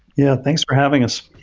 yeah, thanks for having us.